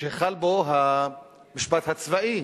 שחל בו המשפט הצבאי,